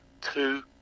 two